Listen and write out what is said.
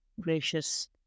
gracious